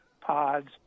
pods